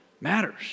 matters